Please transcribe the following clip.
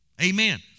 Amen